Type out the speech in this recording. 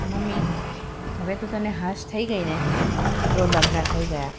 mummy હવે તો તને હાશ થઈ ગઈ ને જો લગ્ન થઈ ગયા